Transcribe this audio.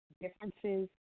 differences